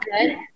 Good